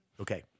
okay